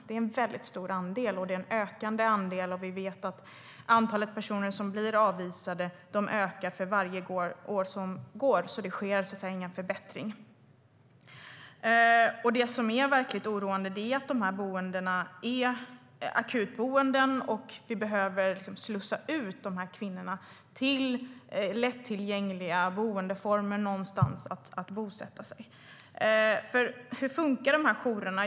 Det är en väldigt stor andel, och det är en ökande andel. Vi vet att antalet personer som blir avvisade ökar för varje år som går, så det sker ingen förbättring. Det som är verkligt oroande är att dessa boenden är akutboenden, och vi behöver slussa ut kvinnorna till lättillgängliga boendeformer någonstans där de kan bosätta sig. Hur funkar jourerna?